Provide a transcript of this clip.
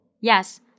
Yes